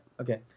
okay